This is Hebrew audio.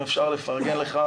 אם אפשר לפרגן לך,